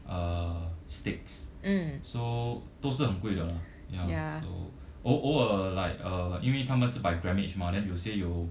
uh steaks so 都是很贵的 lah ya so 偶偶尔 like err 因为他们是 by grammage mah than 有些有